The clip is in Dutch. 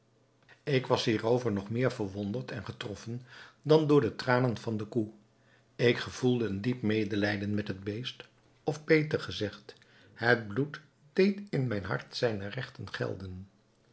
ik was hierover nog meer verwonderd en getroffen dan door de tranen van de koe ik gevoelde een diep medelijden met het beest of beter gezegd het bloed deed in mijn hart zijne regten gelden